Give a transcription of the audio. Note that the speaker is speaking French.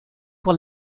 pour